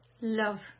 love